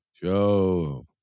Joe